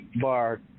bar